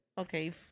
Okay